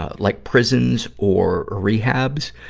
ah like prisons or rehabs,